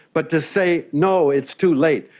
but to say no, it's too late,